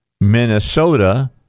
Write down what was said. Minnesota